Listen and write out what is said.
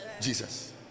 Jesus